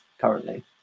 currently